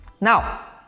Now